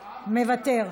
מוותר,